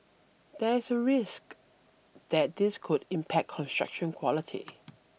there is a risk that this could impact construction quality